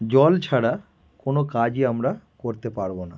জল ছাড়া কোনো কাজই আমরা করতে পারবো না